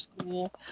school